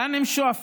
לאן הם שואפים?